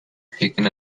chicken